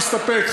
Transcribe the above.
הצעתי להסתפק.